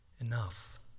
enough